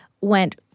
went